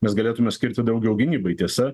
mes galėtume skirti daugiau gynybai tiesa